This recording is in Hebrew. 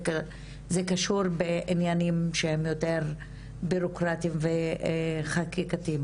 זה קשור בעניינים שהם יותר בירוקרטיים וחקיקתיים,